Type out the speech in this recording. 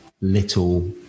little